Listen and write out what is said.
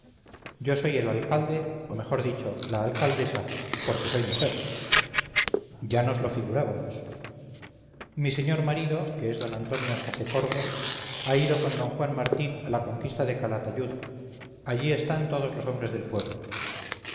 yo soy el alcalde o mejor dicho la alcaldesa porque soy mujer ya nos lo figurábamos mi señor marido que es d antonio sacecorbos ha ido con d juan martín a la conquista de calatayud allí están todos los hombres del pueblo